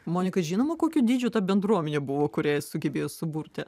monika žinoma kokio dydžio ta bendruomenė buvo kurią jis sugebėjo suburti